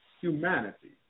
humanity